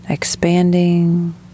expanding